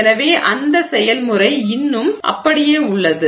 எனவே அந்த செயல்முறை இன்னும் அப்படியே உள்ளது